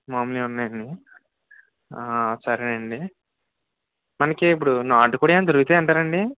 మాములువి ఉన్నాయండి సరే అండి మనకి ఇప్పుడు అంత రుచి అంటారా అండి